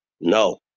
No